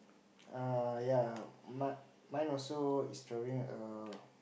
err ya mud mine also is throwing a